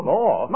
More